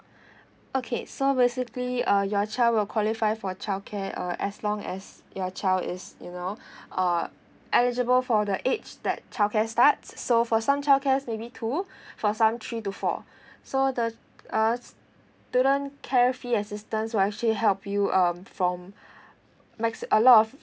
okay so basically uh your child will qualify for childcare uh as long as your child is you know uh eligible for the age that childcare start so for some childcare maybe two for some three to four so the uh children care fee assistance will actually help you um from max a lot of